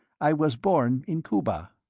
i was born in cuba.